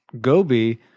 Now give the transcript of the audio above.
Gobi